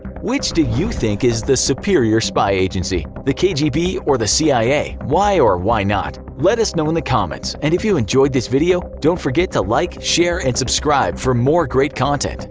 which do you think is the superior spy agency the kgb or the cia? why or why not? let us know in the comments! and if you enjoyed this video don't forget to like, share, and subscribe for more great content!